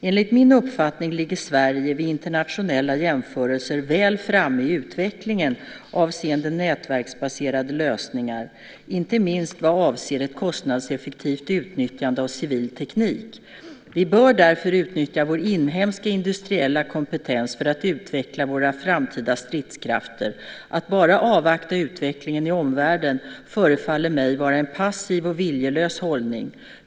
Enligt min uppfattning ligger Sverige vid internationella jämförelser väl framme i utvecklingen avseende nätverksbaserade lösningar, inte minst vad avser ett kostnadseffektivt utnyttjande av civil teknik. Vi bör därför utnyttja vår inhemska industriella kompetens för att utveckla våra framtida stridskrafter. Att bara avvakta utvecklingen i omvärlden förefaller mig vara en passiv och viljelös hållning.